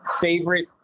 favorite